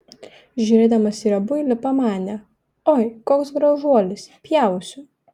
žiūrėdamas į riebuilį pamanė oi koks gražuolis pjausiu